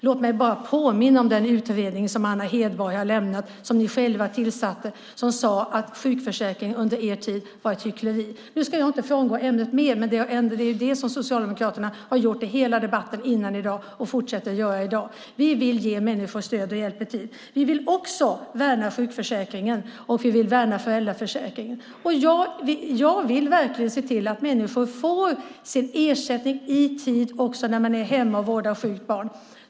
Låt mig påminna om den rapport som Anna Hedborg har lämnat från en utredning som ni själva tillsatte. Den sade att sjukförsäkringen under er tid var ett hyckleri. Nu ska jag inte frångå ämnet mer, men det är det som Socialdemokraterna har gjort i hela debatten. Vi vill ge människor stöd och hjälp i tid. Vi vill också värna sjukförsäkringen, och vi vill värna föräldraförsäkringen. Jag vill verkligen se till att människor får sin ersättning i tid också när de är hemma och vårdar sjuka barn.